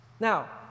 Now